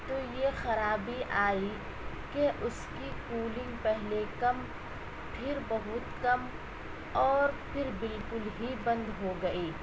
تو یہ خرابی آئی کہ اس کی کولنگ پہلے کم پھر بہت کم اور پھر بالکل ہی بند ہو گئی